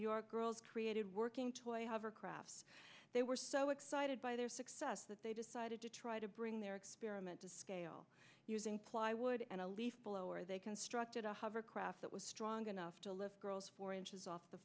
york girls created working crafts they were so excited by their success that they decided to try to bring their experiment to scale using plywood and a leaf blower they constructed a hovercraft that was strong enough to lift girls four inches off the